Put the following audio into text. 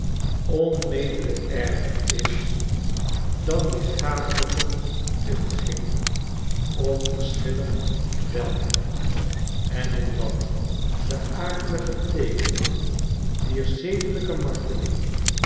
onmetelijk erger is dan lichamelijke tuchtiging onverschillig welke en omdat de akelige teekenen dier zedelijke marteling